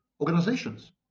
organizations